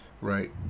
right